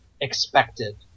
expected